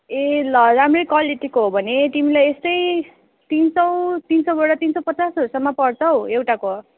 ए ल राम्रै क्वालिटीको हो भने तिमीलाई यस्तै तिन सय तिन सयबाट तिन सय पचासहरूसम्म पर्छ हौ एउटाको